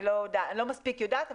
אני לא מפסיק יודעת,